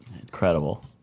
Incredible